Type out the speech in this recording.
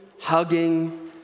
hugging